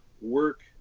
work